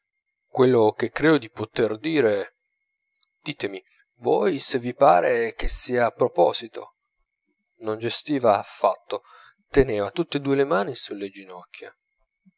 direi diceva quello che credo di poter dire ditemi voi se vi pare che sia a proposito non gestiva affatto teneva tutt'e due le mani sulle ginocchia